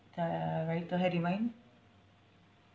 the writer had in mind